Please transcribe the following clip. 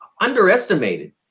underestimated